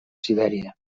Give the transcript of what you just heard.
sibèria